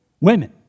women